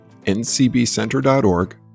ncbcenter.org